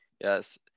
yes